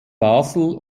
basel